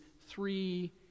three